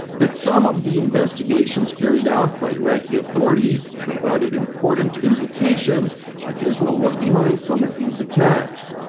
that some of the investigations carried out by iraqi authorities provided important indications that israel was behind some of these attacks.